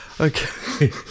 Okay